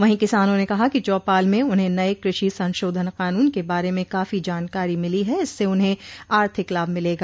वहीं किसानों ने कहा कि चौपाल में उन्हें नये कृषि संसोधन कानून के बारे में काफी जानकारी मिली है इससे उन्हें आर्थिक लाभ मिलेगा